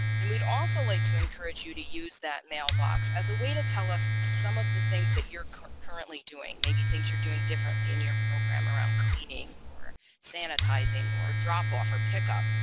and we'd also like to encourage you to use that mailbox as a way to tell us some of the things that you're currently doing maybe things you're doing differently in your program around cleaning or sanitizing or drop off or pick up.